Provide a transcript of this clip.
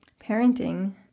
Parenting